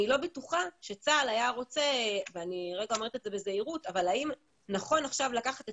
אני לא בטוחה שצה"ל היה רוצה אני אומרת את זה בזהירות לקחת עכשיו את